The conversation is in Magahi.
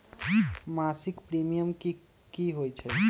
मासिक प्रीमियम की होई छई?